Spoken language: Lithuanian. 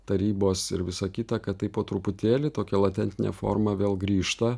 tarybos ir visa kita kad tai po truputėlį tokia latentine forma vėl grįžta